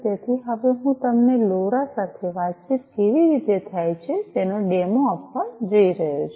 તેથી હવે હું તમને લોરા સાથે વાતચીત કેવી રીતે થાય છે તેનો ડેમો આપવા જઈ રહ્યો છું